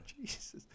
Jesus